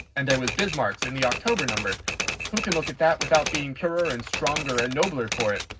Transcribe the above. and there was bismarck's, in the october number who can look at that without being purer and stronger and nobler for it?